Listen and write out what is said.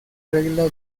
regla